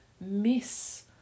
miss